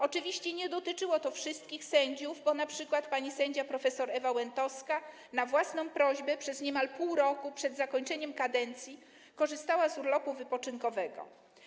Oczywiście nie dotyczyło to wszystkich sędziów, bo np. pani sędzia prof. Ewa Łętowska na własną prośbę przez niemal pół roku przed zakończeniem kadencji korzystała z urlopu wypoczynkowego.